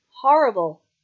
horrible